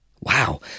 Wow